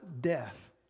death